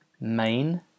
main